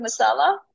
masala